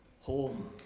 home